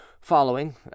following